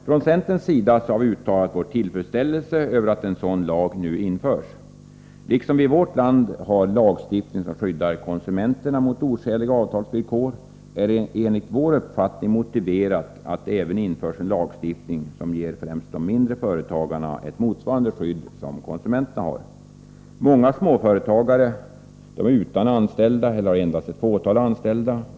Från centerns sida har vi uttalat vår tillfredsställelse över att eårt land har lagstiftning som skyddar konsumenterna mot oskäliga avtalsvillkor, är det enligt vår uppfattning mt att det även införs en lagstiftning som ger främst mindre företagare ett skydd motsvarande det som konsumenterna har. Många småföretagare är utan anställda eller har endast ett fåtal anställda.